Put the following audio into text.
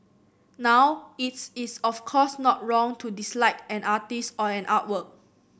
now its is of course not wrong to dislike an artist or an artwork